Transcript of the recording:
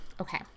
okay